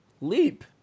Leap